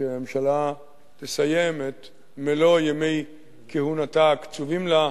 שהממשלה תסיים את מלוא ימי כהונתה הקצובים לה,